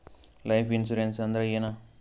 Life insurance ಅಂದ್ರ ಏನ?